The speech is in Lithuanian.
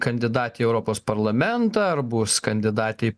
kandidatė į europos parlamentą ar bus kandidatė į